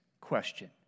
question